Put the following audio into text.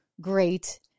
great